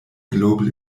global